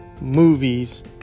movies